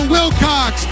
Wilcox